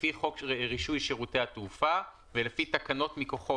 לפי חוק רישוי שירותי התעופה ולפי תקנות מכוחו,